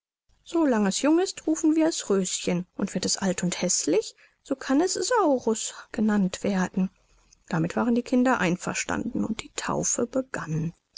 es jung ist rufen wir es röschen und wird es alt und häßlich so kann es saurus genannt werden damit waren die kinder einverstanden und die taufe begann